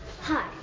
Hi